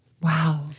Wow